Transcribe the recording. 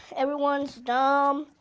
everyone's dumb.